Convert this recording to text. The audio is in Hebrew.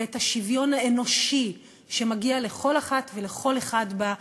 ובשוויון האנושי שמגיע לכל אחת ולכל אחד בה,